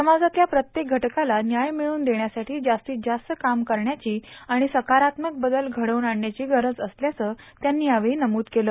समाजातल्या प्रत्येक घटकाला व्याय मिळवून देण्यासाठी जास्तीत जास्त काम करण्याची आणि सकारात्मक बदल घडवून आणण्याची गरज असल्याचं त्यांनी यावेळी नमूद केलं